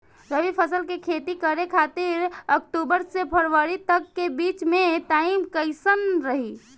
रबी फसल के खेती करे खातिर अक्तूबर से फरवरी तक के बीच मे टाइम कैसन रही?